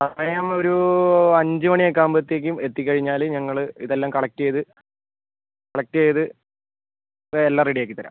സമയം ഒരു അഞ്ച് മണി ഒക്കെ ആവുമ്പോഴത്തേക്കും എത്തിക്കഴിഞ്ഞാൽ ഞങ്ങൾ ഇതെല്ലാം കളക്റ്റ് ചെയ്ത് കളക്റ്റ് ചെയ്ത് എല്ലാം റെഡി ആക്കി തരാം